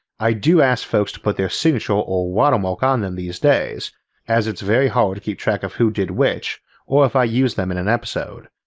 i do ask folks to put their signature or watermark on them these days as it's very hard to keep track of who did which or if i used them in an episode.